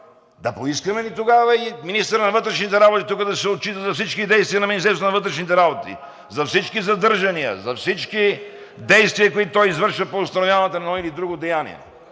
Да поискаме ли тогава и министърът на вътрешните работи тук да се отчита за всички действия на Министерството на вътрешните работи – за всички задържания, за всички действия, които той извършва по установяванията на едно или друго деяние?